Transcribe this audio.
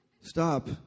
stop